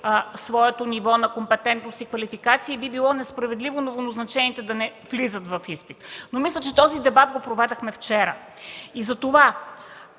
своето ниво на компетентност и квалификация и би било несправедливо новоназначените да не влизат в изпит. Мисля, че този дебат го проведохме вчера. Затова